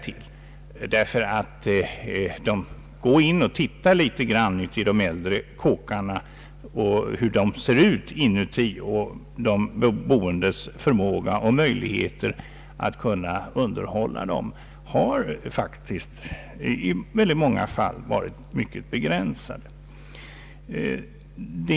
Om man går in och tittar i de äldre villorna finner man att de boendes förmåga och möjligheter att underhålla dem i många fall har varit mycket begränsade.